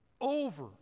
over